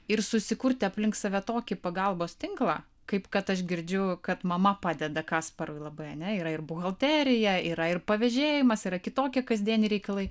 ir susikurti aplink save tokį pagalbos tinklą kaip kad aš girdžiu kad mama padeda kasparui labai ane yra ir buhalterija yra ir pavėžėjimas yra kitokie kasdieniai reikalai